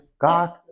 God